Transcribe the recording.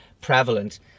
prevalent